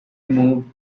moved